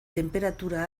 tenperatura